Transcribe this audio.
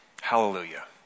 Hallelujah